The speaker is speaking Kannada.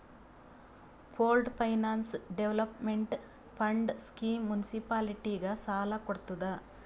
pooled finance development fund scheme ಮುನ್ಸಿಪಾಲಿಟಿಗ ಸಾಲ ಕೊಡ್ತುದ್